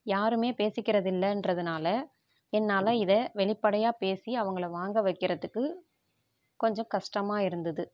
யாருமே பேசிக்குறதில்லன்றதுனால என்னால் இதை வெளிப்படையாக பேசி அவங்கள வாங்க வைக்கிறதுக்கு கொஞ்சம் கஷ்டமாக இருந்தது